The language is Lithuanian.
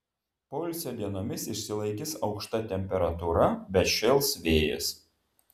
poilsio dienomis išsilaikys aukšta temperatūra bet šėls vėjas